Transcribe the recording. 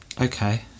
Okay